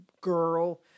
girl